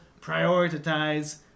prioritize